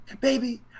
Baby